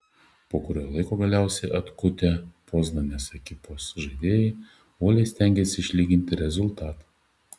po kurio laiko galiausiai atkutę poznanės ekipos žaidėjai uoliai stengėsi išlyginti rezultatą